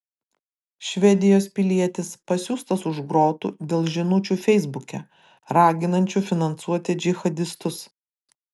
švedijos pilietis pasiųstas už grotų dėl žinučių feisbuke raginančių finansuoti džihadistus